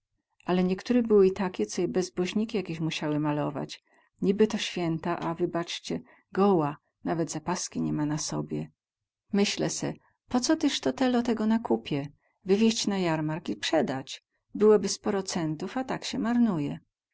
ale niektore były i takie co je bezboźniki jakieś musiały malować niby to święta a wybaccie goła nawet zapaski ni ma na sobie myślę se po co tyz to telo tego na kupie wywieźć na jarmark i przedać byłoby sporo centów a tak sie marnuje